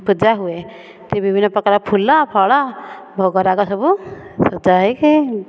ପୂଜା ହୁଏ ବିଭିନ୍ନ ପ୍ରକାର ଫୁଲ ଫଳ ଭୋଗ ରାଗ ସବୁ ସଜା ହେଇକି